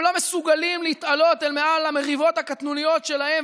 הם לא מסוגלים להתעלות מעל המריבות הקטנוניות שלהם.